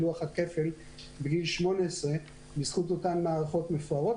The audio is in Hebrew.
לוח הכפל בגיל 18 בזכות אותן מערכות מפוארות.